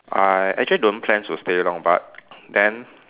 I actually don't plan to stay long but then